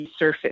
resurface